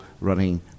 running